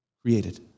Created